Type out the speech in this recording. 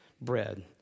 bread